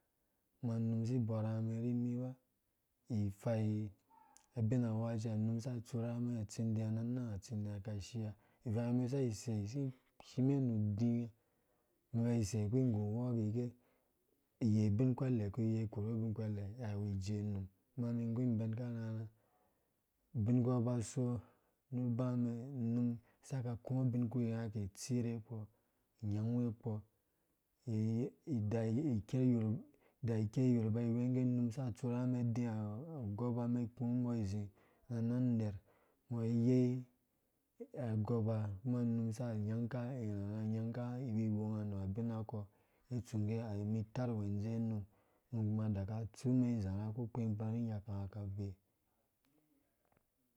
Unga unum si ibɔranga umɛn rimi ba ifai abin awakaci ha unum saka atsuruwanga atsindia ra anang utsindia ka shia ivang yɔ umɛn saki isei si ishi mɛn nu udi umɛn isei kpuru ngu uwɔɔ gɔrgɛ uyei ubin kwɛlɛ kpi uyei koru ubin kwɛlɛ, awuijee num kuma umum igu ibɛn karharha ubiukpɔ uba so nu ubamɛn unum asaka aku ubin kpurkpi unga ka itsire kpɔ anyangwe kpɔ ida unum sa atsur uwanga umɛn udi agoba umɛn iku umbɔ izi na nang ner umbɔ ayei agoba kuma unum sa anyanka iwiwonga nu abina kɔɔ ngge itsu umum nggɛ. a umum itarwɛɛ indzowe unum unum kuma adaka atsu umɛn izarha ukukpenkpeng ri nyaka unga ka bee